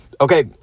Okay